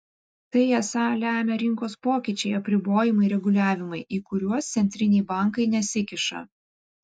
tai esą lemia rinkos pokyčiai apribojimai reguliavimai į kuriuos centriniai bankai nesikiša